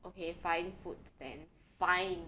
okay fine foods then fine